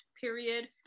period